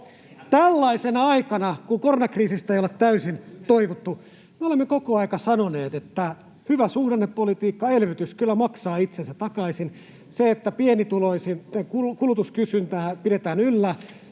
Tällaisena aikana, kun koronakriisistä ei olla täysin toivuttu, me olemme koko aika sanoneet, että hyvä suhdannepolitiikka ja elvytys kyllä maksavat itsensä takaisin. Se, että pienituloisten kulutuskysyntää pidetään yllä,